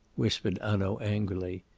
whispered hanaud angrily.